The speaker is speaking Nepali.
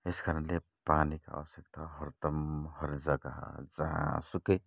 यस कारणले पानीको आवश्यकता हरदम हर जग्गा जहाँसुकै